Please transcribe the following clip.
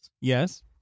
Yes